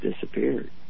disappeared